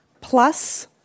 plus